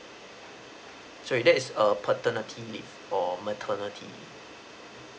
sorry that is a paternity leave or maternity